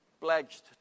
Pledged